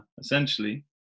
Essentially